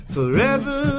Forever